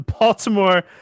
Baltimore